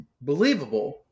believable